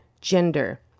gender